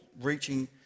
reaching